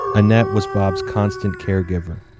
annette was bob's constant care giver.